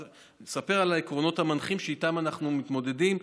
אני מספר על העקרונות המנחים שאיתם אנחנו מתמודדים.